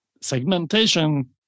segmentation